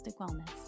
wellness